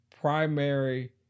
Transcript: primary